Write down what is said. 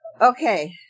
Okay